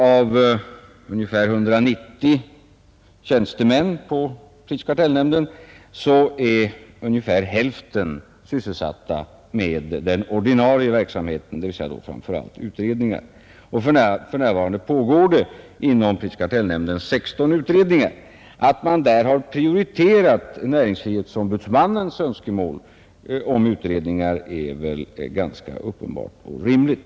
Av ungefär 190 Tisdagen den tjänstemän på prisoch kartellnämnden är ungefär hälften sysselsatta 13 april 1971 med den ordinarie verksamheten — dvs. då framför allt utredningar xoch —-— för närvarande pågår det inom prisoch kartellnämnden 16 utredningar. Ang. prisoch kar Att man där har prioriterat näringsfrihetsombudsmannens önskemål om = tellnämndens utredutredningar är väl ganska uppenbart och rimligt.